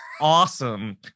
Awesome